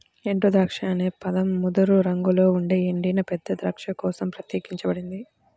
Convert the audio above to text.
ఎండుద్రాక్ష అనే పదం ముదురు రంగులో ఉండే ఎండిన పెద్ద ద్రాక్ష కోసం ప్రత్యేకించబడింది